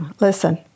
listen